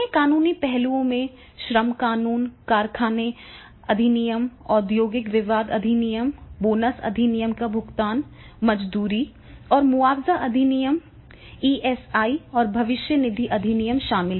अन्य कानूनी पहलुओं में श्रम कानून कारखाने अधिनियम औद्योगिक विवाद अधिनियम बोनस अधिनियम का भुगतान मजदूरी और मुआवजा अधिनियम ईएसआई और भविष्य निधि अधिनियम शामिल हैं